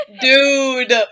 Dude